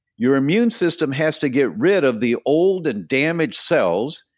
your immune system has to get rid of the old and damaged cells,